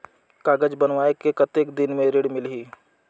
कागज बनवाय के कतेक दिन मे ऋण मिलही?